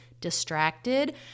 distracted